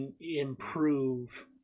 improve